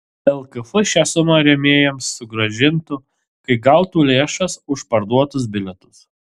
lkf šią sumą rėmėjams sugrąžintų kai gautų lėšas už parduotus bilietus